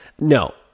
No